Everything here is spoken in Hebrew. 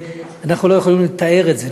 שאנחנו לא יכולים לתאר את זה,